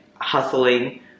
hustling